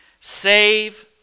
save